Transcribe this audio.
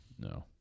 No